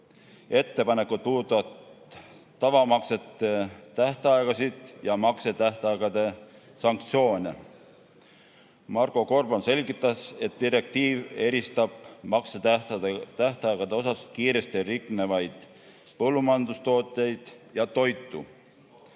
Ettepanekud puudutavad tavamaksete tähtaegasid ja maksetähtaegade sanktsioone. Marko Gorban selgitas, et direktiiv eristab maksetähtaegade osas kiiresti riknevaid põllumajandustooteid ja toitu.